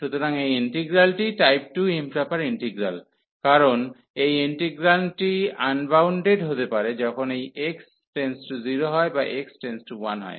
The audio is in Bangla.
সুতরাং এই ইন্টিগ্রালটি টাইপ 2 ইম্প্রপার ইন্টিগ্রাল কারণ এই ইন্টিগ্রান্ডটি আনবাউন্ডেড হতে পারে যখন এই x→0 হয় বা x→1 হয়